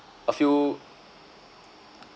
a few